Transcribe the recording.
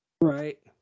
right